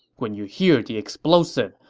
when you hear the explosive,